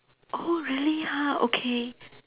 oh really ha okay